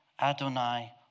Adonai